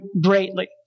greatly